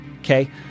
Okay